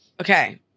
Okay